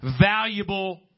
valuable